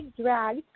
drag